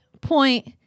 point